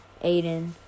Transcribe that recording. aiden